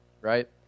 right